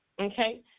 okay